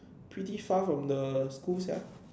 pretty far from the school sia